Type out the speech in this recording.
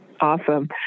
Awesome